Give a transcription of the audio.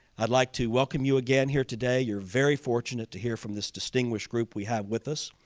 i'd like to welcome you again here today, you're very fortunate to hear from this distinguished group we have with us.